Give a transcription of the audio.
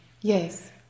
Yes